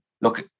Look